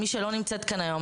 מי שלא נמצאת כאן היום,